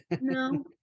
No